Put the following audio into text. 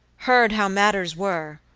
heard how matters were,